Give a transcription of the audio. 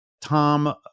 Tom